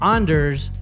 Anders